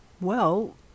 Well